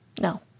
no